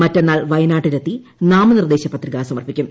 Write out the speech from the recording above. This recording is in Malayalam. മറ്റുന്നാൾ വയനാട്ടിലെത്തി നാമനിർദ്ദേശ പത്രിക സമർപ്പിക്കും